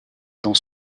dans